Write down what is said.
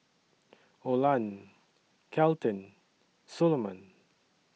Oland Kelton Soloman